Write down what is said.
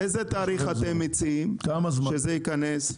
מה התאריך שאתם מציעים שזה ייכנס?